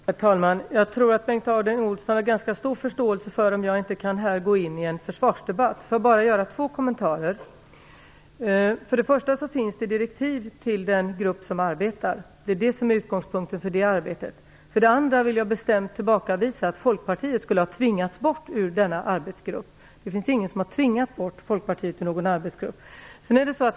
Herr talman! Jag tror att Bengt Harding Olson har ganska stor förståelse för att jag inte kan gå in i en försvarsdebatt här. Jag vill bara göra två kommentarer. För det första finns det direktiv till den grupp som arbetar. Det är utgångspunkten för det arbetet. För det andra vill jag bestämt tillbakavisa påståendet att Folkpartiet skulle ha tvingats ut ur denna arbetsgrupp. Ingen har tvingat ut Folkpartiet ur någon arbetsgrupp.